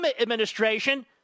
administration